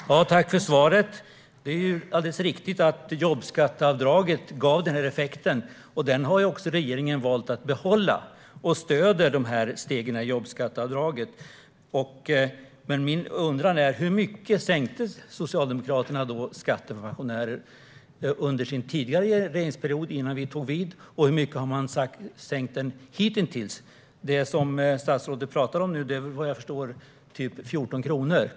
Fru talman! Tack, finansministern, för svaret! Det är ju alldeles riktigt att jobbskatteavdraget gav den här effekten, och det har också regeringen valt att behålla. Man stöder stegen i jobbskatteavdraget. Min undran är: Hur mycket sänkte Socialdemokraterna skatten för pensionärer med under sin tidigare regeringsperiod, innan vi tog vid, och hur mycket har man sänkt den med hitintills? Den sänkning som statsrådet nu talar om nu är vad jag förstår ungefär 14 kronor.